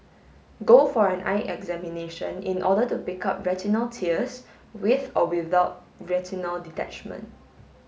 go for an eye examination in order to pick up retinal tears with or without retinal detachment